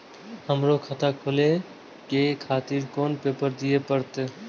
हमरो खाता खोले के खातिर कोन पेपर दीये परतें?